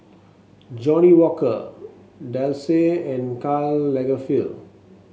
Johnnie Walker Delsey and Karl Lagerfeld